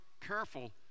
careful